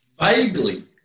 Vaguely